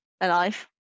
alive